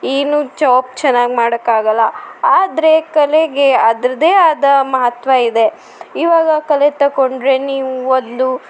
ಏನು ಜಾಬ್ ಚೆನ್ನಾಗಿ ಮಾಡಕ್ಕಾಗಲ್ಲ ಆದರೆ ಕಲೆಗೆ ಅದರದ್ದೇ ಆದ ಮಹತ್ವ ಇದೆ ಇವಾಗ ಕಲೆ ತಕೊಂಡರೆ ನೀವು ಒಂದು